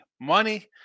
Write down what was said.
money